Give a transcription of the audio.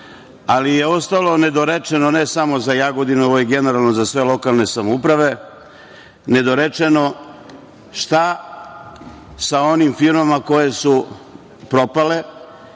ali je ostalo nedorečeno ne samo za Jagodinu, ovo je generalno za sve lokalne samouprave, nedorečeno šta sa onim firmama koje su propale,